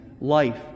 life